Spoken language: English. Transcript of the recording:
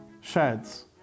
sheds